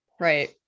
Right